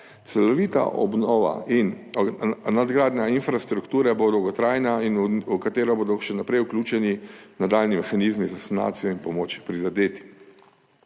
Celovita obnova in nadgradnja infrastrukture bo dolgotrajna in v katero bodo še naprej vključeni nadaljnji mehanizmi za sanacijo in pomoč prizadetim.